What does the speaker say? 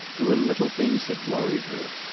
there were little things that worried her.